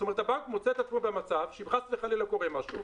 זאת אומרת הבנק מוצא את עצמו במצב שאם קורה משהו,